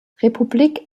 republik